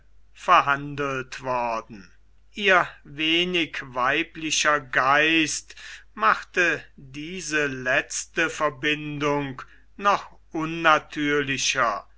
verhandelt worden ihr wenig weiblicher geist machte diese letzte verbindung noch unnatürlicher